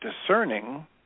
discerning